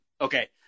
okay